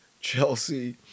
Chelsea